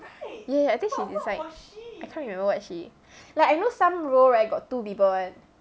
ya ya I think she's inside I can't remember what's she like I know some role right got two people one